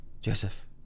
joseph